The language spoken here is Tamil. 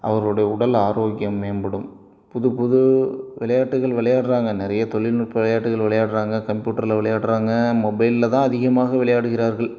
அவர்களுடைய உடல் ஆரோக்கியம் மேம்படும் புதுப்புது விளையாட்டுகள் விளையாடுறாங்க நிறைய தொலில்நுட்ப விளையாட்டுகள் விளையாடுறாங்க கம்பியூட்டருல விளையாடுறாங்க மொபைலில் தான் அதிகமாக விளையாடுகிறார்கள்